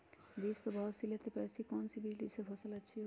बीज तो बहुत सी लेते हैं पर ऐसी कौन सी बिज जिससे फसल अच्छी होगी?